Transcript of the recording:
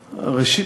ראשית,